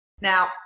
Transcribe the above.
now